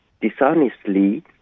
dishonestly